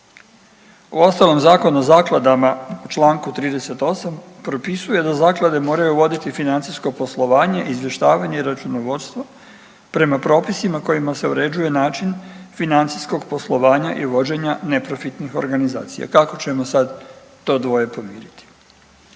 Uostalom Zakon o zakladama u čl. 38. propisuje da zaklade moraju voditi financijsko poslovanje, izvještavanje i računovodstvo prema propisima kojima se uređuje način financijskog poslovanja i vođenja neprofitnih organizacija. Kako ćemo sad to dvoje pomiriti?